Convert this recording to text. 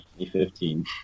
2015